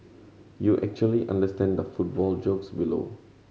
you actually understand the football jokes below